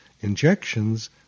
injections